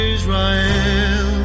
Israel